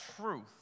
truth